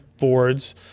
boards